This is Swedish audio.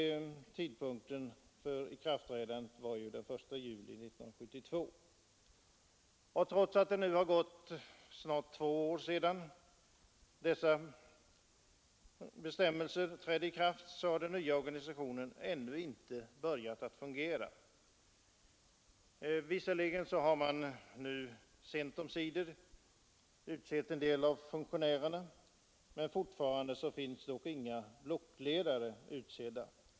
Tidpunkten för ikraftträdandet var den 1 juli 1972. Men trots att det nu har gått nästan två år sedan dessa bestämmelser trädde i kraft har den nya organisationen ännu inte börjat fungera. Visserligen har man nu sent omsider utsett en del av funktionärerna, men det finns fortfarande inga blockledare.